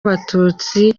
abatutsi